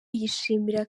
yishimira